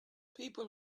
people